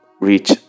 reach